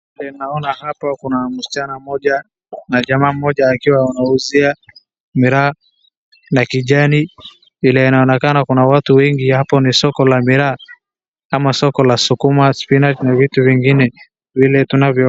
Ninaona hapa kuna msichana mmoja na jamaa mmoja akiwa wanauzia miraa na kijani vile inaonekana kuna watu wengi hapo ni soko la miraa, ama soko la sukuma, spinach na vitu vingine vile tunavyoona.